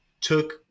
took